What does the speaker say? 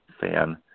fan